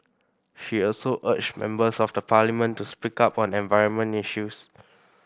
she also urged members of the Parliament to speak up on environment issues